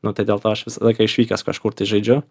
nu tai dėl to aš visą laiką išvykęs kažkur tai žaidžiu